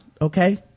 Okay